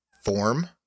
form